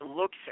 looks